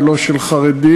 ולא של חרדים,